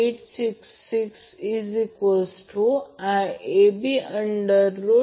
5 j0